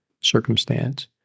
circumstance